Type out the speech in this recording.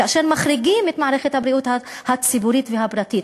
כאשר מחריגים את מערכת הבריאות הציבורית והפרטית.